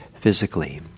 physically